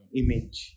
image